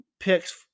picks